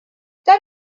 that